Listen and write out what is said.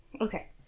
Okay